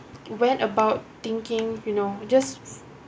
went about thinking you know just